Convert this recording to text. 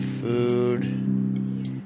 food